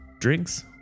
drinks